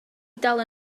dal